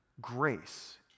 grace